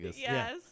Yes